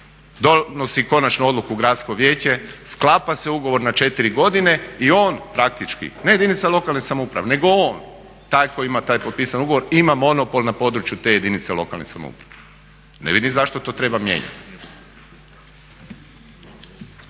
donosi konačnu odluku Gradsko vijeće, sklapa se ugovor na četiri godine i on praktički, ne jedinica lokalne samouprave nego je on taj koji ima taj potpisan ugovor ima monopol na području te jedinice lokalne samouprave. Ne vidim zašto to treba mijenjati.